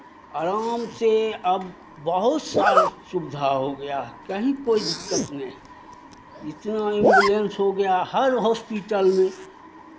आराम से अब बहुत सारा सुविधा हो गया है कहीं कोई दिक्कत नहीं है इतना एम्बुलेंस हो गया हर हॉस्पिटल में